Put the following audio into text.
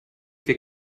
wir